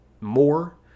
more